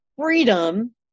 Freedom